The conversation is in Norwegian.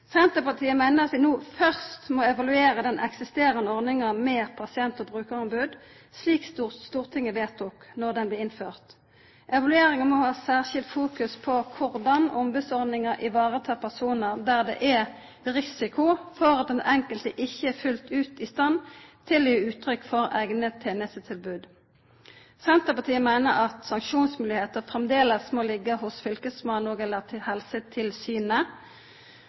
Senterpartiet meiner at vi no først må evaluera den eksisterande ordninga med pasient- og brukarombod, slik Stortinget vedtok då ho blei innført. Evalueringa må ha særskild fokus på korleis ombodsordninga varetek personar der det er risiko for at den enkelte ikkje er fullt ut i stand til å gi uttrykk for eigne tenestebehov. Senterpartiet meiner at sanksjonsmoglegheitene framleis må liggja hos fylkesmannen og/eller Helsetilsynet. I saka viser komiteen òg til